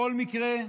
בכל מקרה,